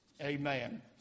Amen